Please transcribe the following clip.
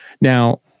now